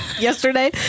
yesterday